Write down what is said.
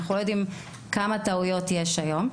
אנחנו לא יודעים כמה טעויות יש היום,